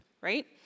right